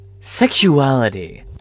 Sexuality